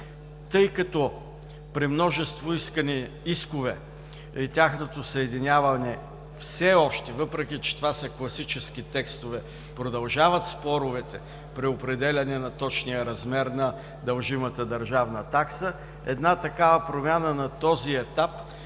Тъй като при множество искани искове и тяхното съединяване все още, въпреки че това са класически текстове, продължават споровете при определяне на точния размер на дължимата държавна такса, една такава промяна на този етап би